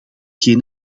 geen